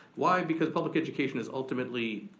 why, because public education is ultimately